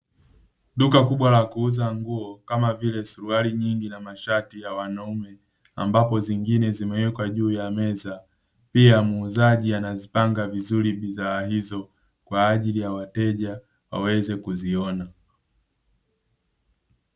Duka kubwa la kuuza nguo kama vile suruali nyingi na mashati ya wanaume, ambapo zingine zimewekwa juu ya meza. Pia muuzaji anazipanga vizuri bidhaa hizo, kwa ajili ya wateja waweze kuziona.